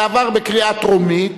זה עבר בקריאה טרומית,